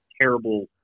terrible